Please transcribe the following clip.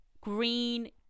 green